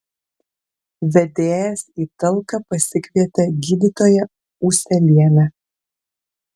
vedėjas į talką pasikvietė gydytoją ūselienę